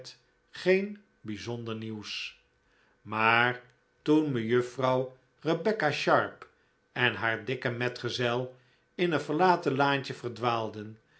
geen bijzonder nieuws maar toen mejuffrouw rebecca sharp en haar dikke metgezel in een verlaten laantje